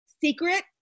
secret